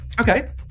Okay